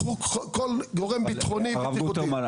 קחו כל גורם ביטחוני --- הרב גוטרמן,